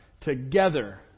together